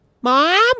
Mom